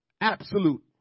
absolute